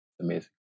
Amazing